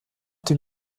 dem